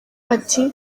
ati